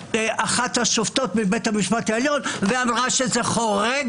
שבאה אחת השופטות מבית המשפט העליון ואמרה שזה חורג